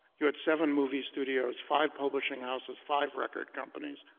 you had seven movie studios, five publishing houses, five record companies,